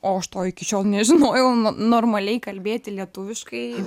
o aš to iki šiol nežinojau no normaliai kalbėti lietuviškai